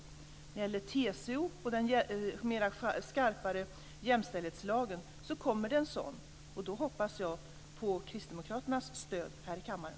När det gäller TCO och den skarpare jämställdhetslagen vill jag säga att det kommer en sådan. Då hoppas jag på kristdemokraternas stöd här i kammaren.